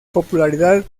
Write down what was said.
popularidad